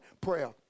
prayer